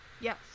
Yes